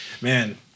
man